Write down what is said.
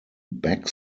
back